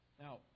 Now